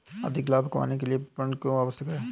अधिक लाभ कमाने के लिए विपणन क्यो आवश्यक है?